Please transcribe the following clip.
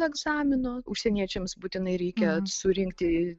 egzamino užsieniečiams būtinai reikia surinkti